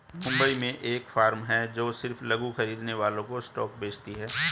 मुंबई में एक फार्म है जो सिर्फ लघु खरीदने वालों को स्टॉक्स बेचती है